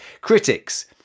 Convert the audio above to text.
critics